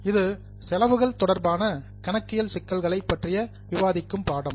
இது செலவுகள் தொடர்பான கணக்கியல் சிக்கல்களை பற்றி விவாதிக்கும் பாடம்